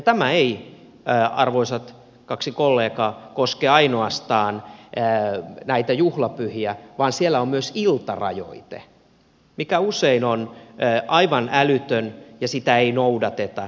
tämä ei arvoisat kaksi kollegaa koske ainoastaan näitä juhlapyhiä vaan siellä on myös iltarajoite mikä usein on aivan älytön ja sitä ei noudateta